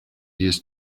years